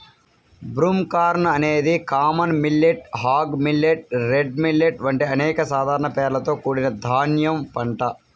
broomcorn అనేది common millet, hog millet, red millet వంటి అనేక సాధారణ పేర్లతో కూడిన ధాన్యం పంట